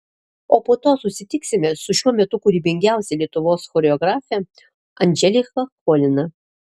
o po to susitiksime su šiuo metu kūrybingiausia lietuvos choreografe andželika cholina